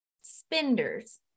spenders